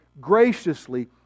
graciously